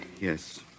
Yes